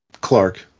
Clark